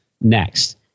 next